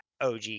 OG